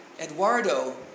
Eduardo